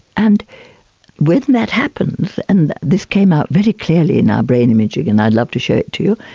and when that happens, and this came out very clearly in our brain imaging and i'd love to show it to you,